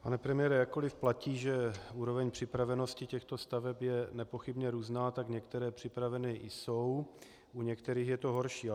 Pane premiére, jakkoliv platí, že úroveň připravenosti těchto staveb je nepochybně různá, tak některé připraveny jsou, u některých je to horší.